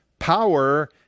Power